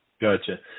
gotcha